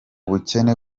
bukene